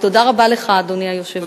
ותודה רבה לך, אדוני היושב-ראש.